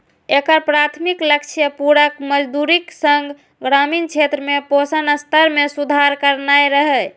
एकर प्राथमिक लक्ष्य पूरक मजदूरीक संग ग्रामीण क्षेत्र में पोषण स्तर मे सुधार करनाय रहै